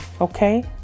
okay